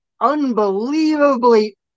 unbelievably